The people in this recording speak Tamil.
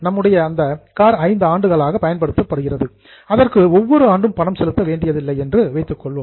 நம்முடைய இந்த கார் 5 ஆண்டுகளாக பயன்படுத்தப்படுகிறது அதற்கு ஒவ்வொரு ஆண்டும் பணம் செலுத்த வேண்டியதில்லை என்று வைத்துக் கொள்வோம்